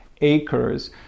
acres